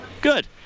Good